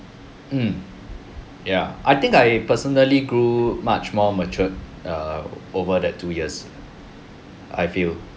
mm ya I think I personally grew much more mature err over that two years I feel